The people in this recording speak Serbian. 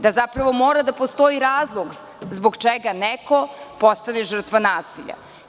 Da zapravo mora da postoji razlog zbog čega neko postaje žrtva nasilja.